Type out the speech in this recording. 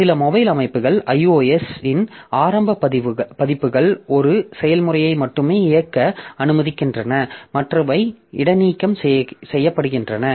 சில மொபைல் அமைப்புகள் iOS இன் ஆரம்ப பதிப்புகள் ஒரு செயல்முறையை மட்டுமே இயக்க அனுமதிக்கின்றன மற்றவை இடைநீக்கம் செய்யப்படுகின்றன